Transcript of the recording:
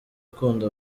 ukunda